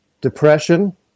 Depression